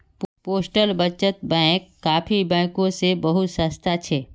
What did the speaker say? postal बचत bank बाकी बैंकों से बहुत सस्ता छे